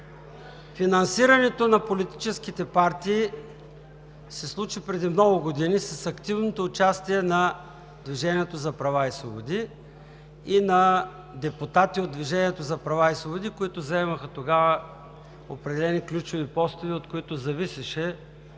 финансирането на политическите партии се случи преди много години с активното участие на „Движението за права и свободи“ и на депутати от „Движението за права и свободи“, които заемаха тогава определени ключови постове, от които зависеше